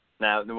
Now